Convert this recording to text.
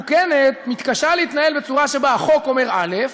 מתוקנת מתקשה להתנהל בצורה שבה החוק אומר א'